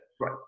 Right